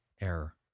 error